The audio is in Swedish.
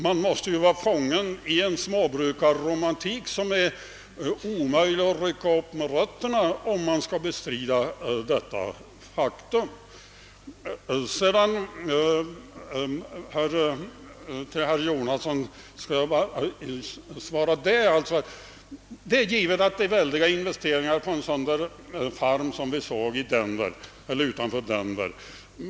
Man måste vara fången i en småbrukarromantik som är omöjlig att rycka upp med rötterna för att kunna bestrida detta faktum. Det är, herr Jonasson, givet att det krävs väldiga investeringar för en sådan farm som den vi besökte utanför Denver.